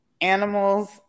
animals